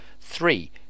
three